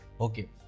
Okay